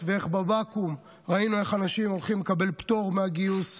ואיך בבקו"ם ראינו איך אנשים הולכים לקבל פטור מהגיוס,